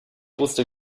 wusste